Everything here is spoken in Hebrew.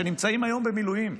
שנמצאים היום במילואים,